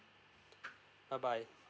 bye bye